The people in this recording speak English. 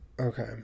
Okay